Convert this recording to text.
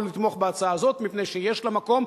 או לתמוך בהצעה הזאת מפני שיש לה מקום.